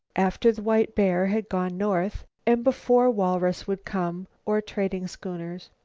after the white bear had gone north and before walrus would come, or trading schooners.